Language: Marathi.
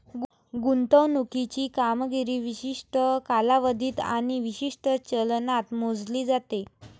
गुंतवणुकीची कामगिरी विशिष्ट कालावधीत आणि विशिष्ट चलनात मोजली जाते